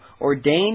ordained